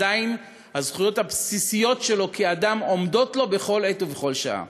עדיין הזכויות הבסיסיות שלו כאדם עומדות לו בכל עת ובכל שעה.